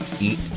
eat